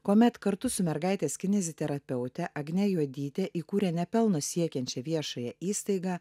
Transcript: kuomet kartu su mergaitės kineziterapeute agne juodyte įkūrė nepelno siekiančią viešąją įstaigą